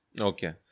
Okay